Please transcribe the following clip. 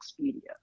expedia